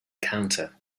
counter